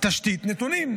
תשתית נתונים,